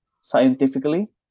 scientifically